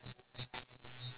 oh no